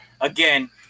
again